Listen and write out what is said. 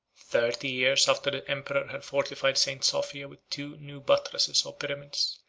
thirty years after the emperor had fortified st. sophia with two new buttresses or pyramids,